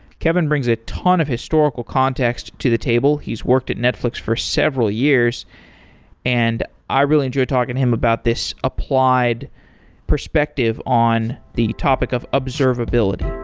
kevin brings a ton of historical context to the table. he's worked at netflix for several years and i really enjoy talking him about this applied perspective on the topic of observability